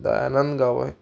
Dayanand गावय